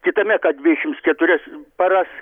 kitame kad dvidešimt keturias paras